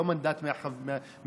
לא מנדט מהכנסת,